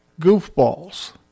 goofballs